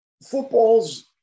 Football's